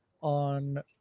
on